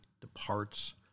departs